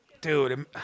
Dude